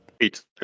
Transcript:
Eight